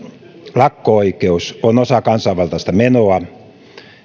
lakko oikeus on osa kansanvaltaista menoa